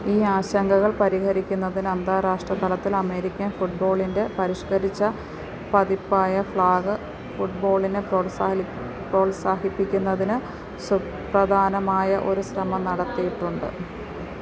ഈ ആശങ്കകൾ പരിഹരിക്കുന്നതിന് അന്താരാഷ്ട്ര തലത്തിൽ അമേരിക്കൻ ഫുട്ബോളിൻ്റെ പരിഷ്കരിച്ച പതിപ്പായ ഫ്ലാഗ് ഫുട്ബോളിനെ പ്രോൽസാലി പ്രോത്സാഹിപ്പിക്കുന്നതിന് സുപ്രധാനമായ ഒരു ശ്രമം നടത്തിയിട്ടുണ്ട്